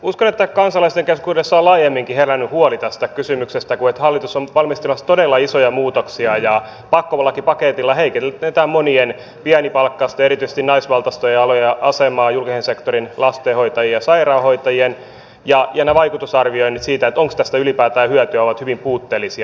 uskon että kansalaisten keskuudessa on laajemminkin herännyt huoli tästä kysymyksestä että hallitus on valmistelemassa todella isoja muutoksia ja pakkolakipaketilla heikennetään monien pienipalkkaisten erityisesti naisvaltaisten alojen julkisen sektorin lastenhoitajien ja sairaanhoitajien asemaa ja ne vaikutusarvioinnit siitä onko tästä ylipäätään hyötyä ovat hyvin puutteellisia